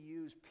use